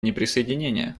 неприсоединения